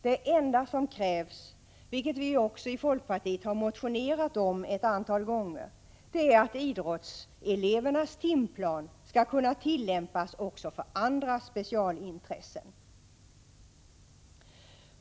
Det enda som krävs, vilket vi i folkpartiet också har motionerat om ett antal gånger, är att det som gäller för idrottselevernas timplan också skall kunna tillämpas när det är fråga om andra specialintressen.